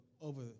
over